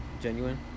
genuine